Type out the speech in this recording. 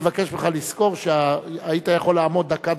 ומפאת חשיבותו אני מבקש שהוא יעלה על הבמה,